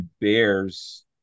Bears